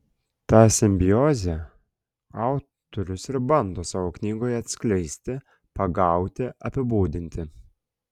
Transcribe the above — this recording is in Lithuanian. tą simbiozę autorius ir bando savo knygoje atskleisti pagauti apibūdinti